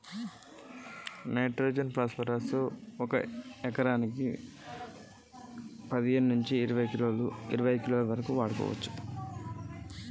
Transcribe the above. Nitrogen phosphorus potassium ఎంత మోతాదు లో వాడాలి?